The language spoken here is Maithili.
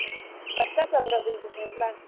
बच्चा सबऽ लए की की छै